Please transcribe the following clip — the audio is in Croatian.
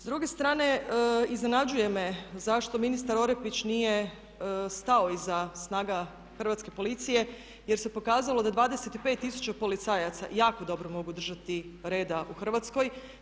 S druge strane iznenađuje me zašto ministar Orepić nije stao iza snaga Hrvatske policije jer se pokazalo da 25 tisuća policajaca jako dobro mogu držati reda u Hrvatskoj.